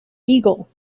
eagle